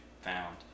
found